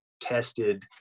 tested